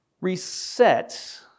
reset